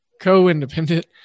co-independent